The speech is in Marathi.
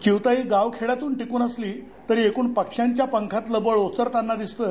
चिऊताई गावखेड्यांतून टिकून असली तरी एकूण पक्ष्यांच्या पखातलं बळ ओसरताना दिसतं